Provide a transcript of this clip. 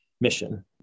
mission